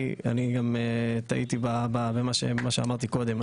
זה, טעיתי במה שאמרתי קודם.